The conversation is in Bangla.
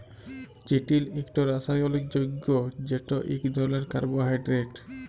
চিটিল ইকট রাসায়লিক যগ্য যেট ইক ধরলের কার্বোহাইড্রেট